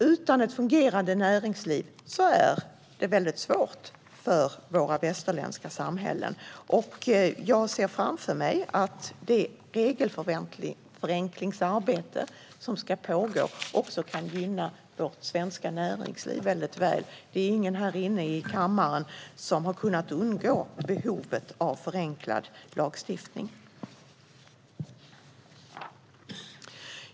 Utan ett fungerande näringsliv är det mycket svårt för våra västerländska samhällen. Jag ser framför mig att det regelförenklingsarbete som ska pågå också kan gynna vårt svenska näringsliv. Det är ingen här i kammaren som har kunnat undgå att notera behovet av förenklad lagstiftning.